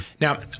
Now-